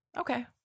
Okay